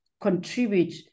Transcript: contribute